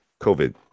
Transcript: covid